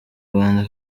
rwanda